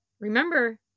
remember